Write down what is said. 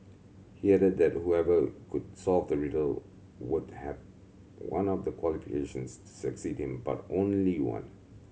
he added that whoever could solve the riddle would have one of the qualifications to succeed him but only one